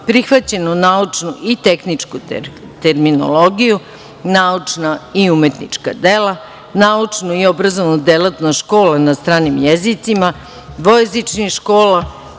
prihvaćenu naučnu i tehničku terminologiju, naučna i umetnička dela, naučnu i obrazovnu delatnost škole na stranim jezicima, dvojezičnih škola,